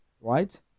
right